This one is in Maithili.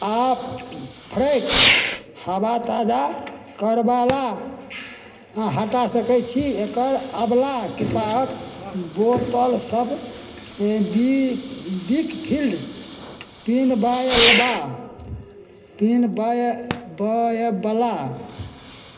आ फ्रैक हवा ताजा करऽवाला अहाँ हटा सकैत छी एकर अगिला किताब बोतल सभ गिक फील्ड तीन बाइ अल्बा तीन बाइ बाइ बला